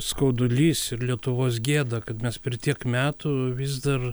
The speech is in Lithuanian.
skaudulys ir lietuvos gėda kad mes per tiek metų vis dar